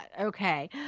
Okay